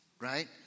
right